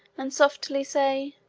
and softly say,